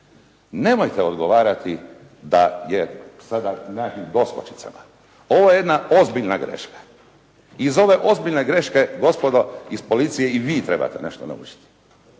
Nemojte odgovarati da je sada … i doskočicama. Ovo je jedna ozbiljna greška. Iz ove ozbiljne greške gospodo iz policije i vi trebate nešto naučiti.